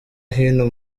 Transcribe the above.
hino